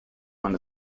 man